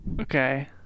Okay